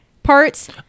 parts